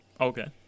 Okay